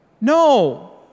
No